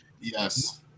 Yes